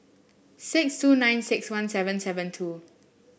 six two nine six one seven seven two